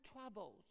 troubles